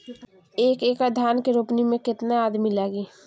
एक एकड़ धान के रोपनी मै कितनी आदमी लगीह?